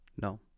No